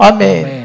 Amen